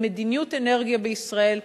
למדיניות אנרגיה בישראל,